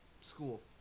School